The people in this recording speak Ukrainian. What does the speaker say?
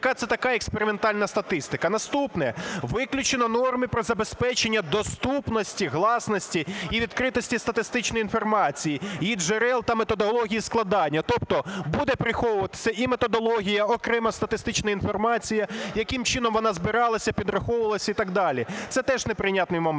Яка це така "експериментальна статистика"? Наступне. Виключені норми про забезпечення доступності, гласності і відкритості статистичної інформації, її джерел та методології складання. Тобто буде приховуватися і методологія, окрема статистична інформація, яким чином вона збиралася, підраховувалася і так далі. Це теж неприйнятний момент.